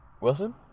Wilson